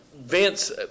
Vince